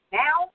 now